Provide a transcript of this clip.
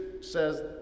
says